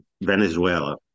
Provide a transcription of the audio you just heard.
Venezuela